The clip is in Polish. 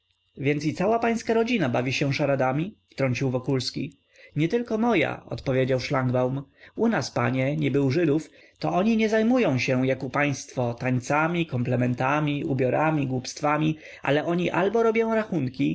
więc i cała pańska rodzina bawi się szaradami wtrącił wokulski nietylko moja odpowiedział szlangbaum u nas panie niby u żydów jak się młodzi zejdą to oni nie zajmują się jak u państwo tańcami komplementami ubiorami głupstwami ale oni albo robią rachunki